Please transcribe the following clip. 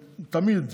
תמיד,